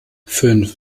fünf